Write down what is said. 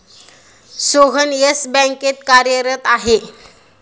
Sohan Yes बँकेत कार्यरत आहे